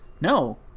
No